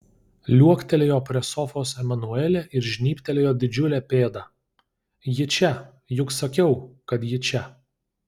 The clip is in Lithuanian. liuoktelėjo prie sofos emanuelė ir žnybtelėjo didžiulę pėdą ji čia juk sakiau kad ji čia